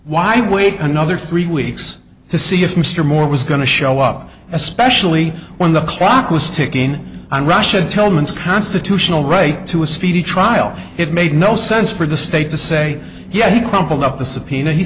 why wait another three weeks to see if mr moore was going to show up especially when the clock was ticking on russia tell me its constitutional right to a speedy trial it made no sense for the state to say yeah he crumpled up the subpoena he